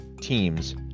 teams